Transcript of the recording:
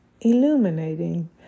illuminating